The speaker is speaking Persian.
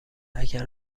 اگر